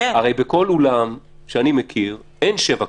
הרי בכל אולם שאני מכיר אין שבע כניסות,